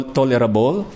tolerable